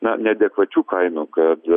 na neadekvačių kainų kad